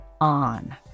on